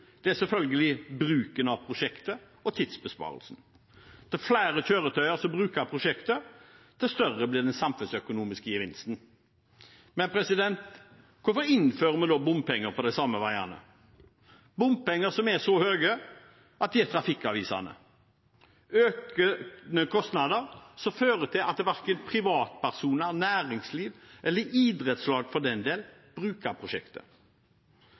flere kjøretøy som bruker prosjektet, jo større blir den samfunnsøkonomiske gevinsten. Hvorfor innfører vi da bompenger på de samme veiene – bompenger som er så høye at de er trafikkavvisende, som gir økte kostnader som fører til at verken privatpersoner, næringsliv eller for den del idrettslag bruker prosjektet?